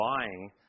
buying